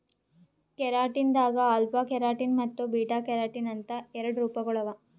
keratin ದಾಗ್ alpha keratin ಮತ್ತ್ beta keratin ಅಂತ್ ಎರಡು ರೂಪಗೊಳ್ ಅವಾ